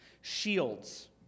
shields